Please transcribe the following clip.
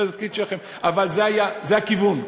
אבל זה הכיוון.